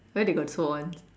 where they got so ons